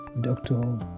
doctor